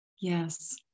Yes